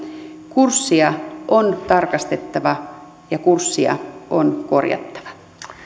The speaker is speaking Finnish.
kurssia on tarkastettava ja kurssia on korjattava